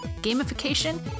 gamification